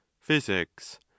Physics